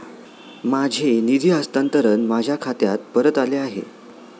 माझे निधी हस्तांतरण माझ्या खात्यात परत आले आहे